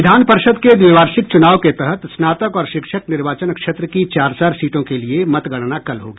विधान परिषद् के द्विवार्षिक चुनाव के तहत स्नातक और शिक्षक निर्वाचन क्षेत्र की चार चार सीटों के लिये मतगणना कल होगी